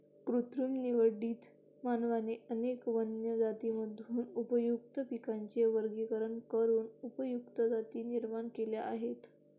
कृत्रिम निवडीत, मानवाने अनेक वन्य जातींमधून उपयुक्त पिकांचे वर्गीकरण करून उपयुक्त जाती निर्माण केल्या आहेत